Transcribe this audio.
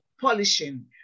polishing